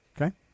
Okay